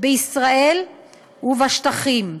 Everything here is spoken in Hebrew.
בישראל ובשטחים.